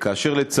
כאשר, לצערנו,